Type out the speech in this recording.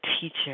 teacher